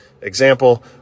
example